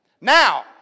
Now